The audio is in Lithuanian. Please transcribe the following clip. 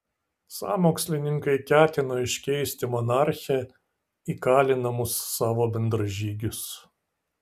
sąmokslininkai ketino iškeisti monarchę į kalinamus savo bendražygius